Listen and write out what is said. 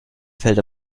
fällt